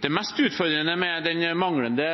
Det mest utfordrende med den manglende